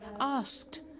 asked